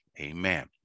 Amen